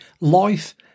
life